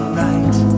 right